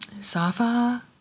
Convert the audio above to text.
Safa